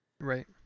Right